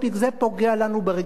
זה פוגע לנו ברגשות.